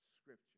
scripture